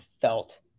felt